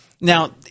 Now